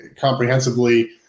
comprehensively